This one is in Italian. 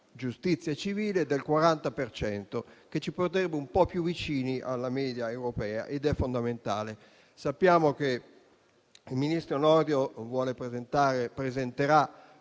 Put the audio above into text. giustizia civile del 40 per cento, il che ci porterebbe un po' più vicini alla media europea ed è fondamentale. Sappiamo che il ministro Nordio presenterà